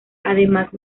además